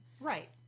Right